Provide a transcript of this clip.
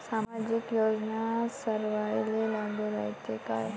सामाजिक योजना सर्वाईले लागू रायते काय?